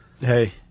Hey